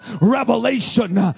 revelation